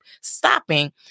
stopping